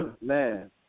man